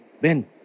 ben